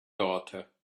daughter